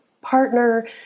partner